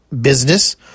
business